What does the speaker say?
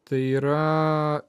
tai yra